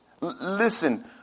Listen